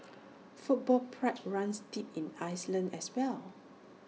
football pride runs deep in Iceland as well